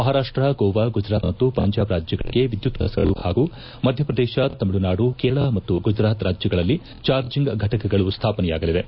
ಮಪಾರಾಷ್ಟ ಗೋವಾ ಗುಜರಾತ್ ಮತ್ತು ಪಂಜಾಬ್ ರಾಜ್ಗಳಿಗೆ ಎದ್ದುತ್ ಬಸ್ಗಳು ಪಾಗೂ ಮಧ್ಯಪ್ರದೇತ ತಮಿಳುನಾಡು ಕೇರಳ ಮತ್ತು ಗುಜರಾತ್ ರಾಜ್ಯಗಳಲ್ಲಿ ಚಾರ್ಜಂಗ್ ಘಟಕಗಳು ಸ್ಥಾಪನೆಯಾಗಲಿವೆ